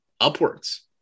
upwards